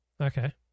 Okay